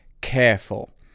careful